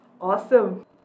Awesome